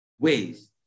ways